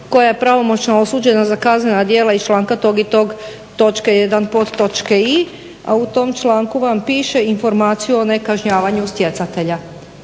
koja je pravomoćno osuđena za kaznena djela iz članka tog i tog točke 1. podtočke i, a u tom članku vam piše informaciju o nekažnjavanju stjecatelja